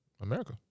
America